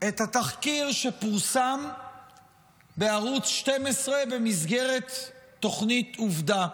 את התחקיר שפורסם בערוץ 12 במסגרת התוכנית עובדה.